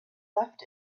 left